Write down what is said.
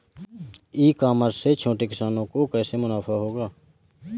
ई commerce से छोटे किसानों को कैसे मुनाफा होगा?